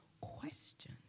question